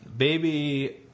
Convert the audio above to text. Baby